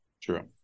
True